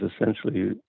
essentially